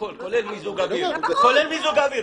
עוד מסלול חדש.